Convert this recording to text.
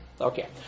Okay